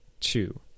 Two